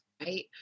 right